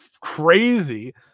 crazy